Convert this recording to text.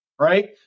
Right